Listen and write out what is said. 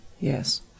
Yes